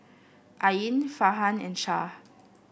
Ain Farhan and Shah